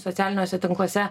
socialiniuose tinkluose